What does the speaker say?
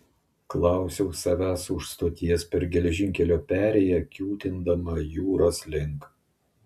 klausiau savęs už stoties per geležinkelio perėją kiūtindama jūros link